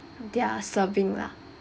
their serving lah